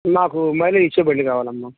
నాకు మైలేజ్ ఇచ్చే బండి కావాలమ్మా